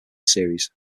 series